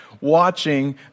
watching